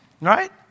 Right